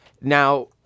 Now